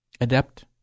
adept